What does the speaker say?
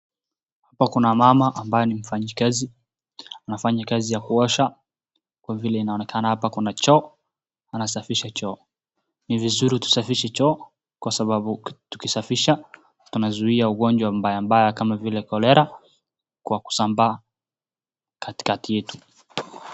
Wakona wamama ambaye ni mfanyikazi anafanya kazi ya kuosha Kwa vile inaonekana hapa Kuna choo anasafisha choo, ni vizuri tusafishe choo Kwa sababu tukisafisha tunazuia ugonjwa mbaya mbaya kama vile cholera Kwa kusambaa katikati yetu.